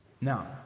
Now